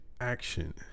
action